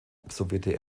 absolvierte